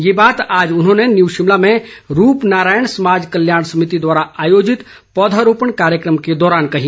ये बात आज उन्होंने न्यू शिमला में रूप नारायण समाज कल्याण समिति द्वारा आयोजित पौधरोपण कार्यक्रम के दौरान कही